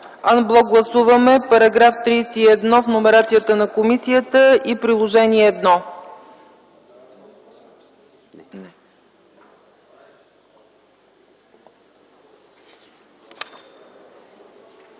Ан блок гласуваме § 31 в номерацията на комисията и Приложение №